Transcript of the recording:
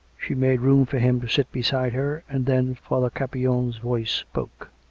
she made room for him to sit beside her and then father campion's voice spoke